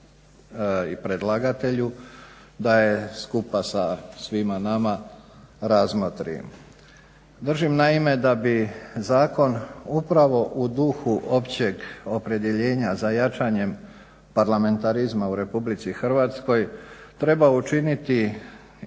i predlagatelju da je skupa sa svima nama razmotri. Držim naime da bi zakon upravo u duhu općeg opredjeljenja za jačanjem parlamentarizma u Republici Hrvatskoj trebao učiniti dodatan